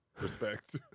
Respect